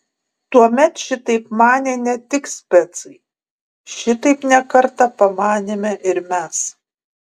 tuomet šitaip manė ne tik specai šitaip ne kartą pamanėme ir mes